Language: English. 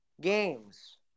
games